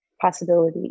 possibility